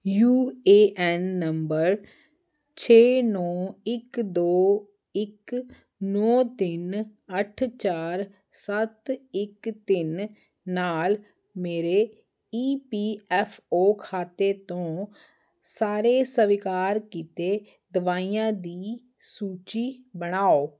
you A N number ਛੇ ਨੌਂ ਇੱਕ ਦੋ ਇੱਕ ਨੌਂ ਤਿੰਨ ਅੱਠ ਚਾਰ ਸੱਤ ਇੱਕ ਤਿੰਨ ਨਾਲ ਮੇਰੇ ਈ ਪੀ ਐੱਫ ਓ ਖਾਤੇ ਤੋਂ ਸਾਰੇ ਸਵੀਕਾਰ ਕੀਤੇ ਦਵਾਈਆਂ ਦੀ ਸੂਚੀ ਬਣਾਓ